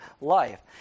life